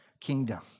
kingdom